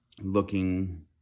looking